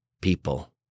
people